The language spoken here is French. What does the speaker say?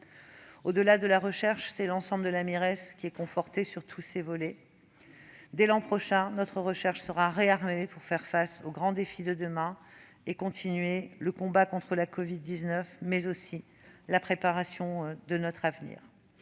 Au-delà de la recherche, c'est l'ensemble de la Mires qui est confortée sur tous ses volets. Dès l'an prochain, notre recherche sera réarmée pour faire face aux grands défis de demain, continuer le combat contre la covid-19 et préparer notre avenir.